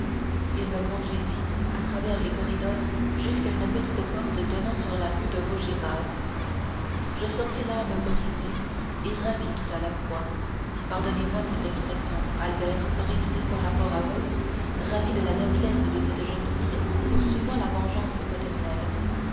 il me conduisit à travers les corridors jusqu'à une petite porte donnant sur la rue de vaugirard je sortis l'âme brisée et ravie tout à la fois pardonnez-moi cette expression albert brisée par rapport à vous ravie de la noblesse de cette jeune fille poursuivant la vengeance paternelle